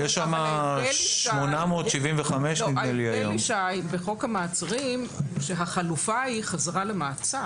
נדמה לי שהיום יש שם 875. נדמה לי שבחוק המעצרים החלופה היא חזרה למעצר.